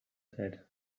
said